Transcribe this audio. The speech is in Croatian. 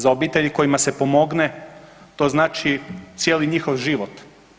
Za obitelji kojima se pomogne to znači cijeli njihov život.